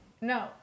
No